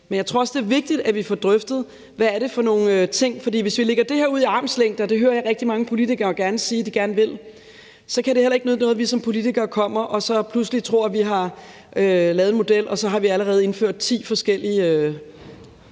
Men jeg tror også, det er vigtigt, at vi får drøftet, hvad det er for nogle ting. For hvis vi lægger det her ud i armslængde, og det hører jeg rigtig mange politikere sige at de gerne vil, så kan det heller ikke nytte noget, at vi som politikere kommer og så pludselig tror, at vi har lavet en model, og så har vi allerede indført ti forskellige